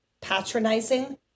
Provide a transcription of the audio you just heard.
patronizing